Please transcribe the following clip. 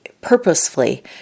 purposefully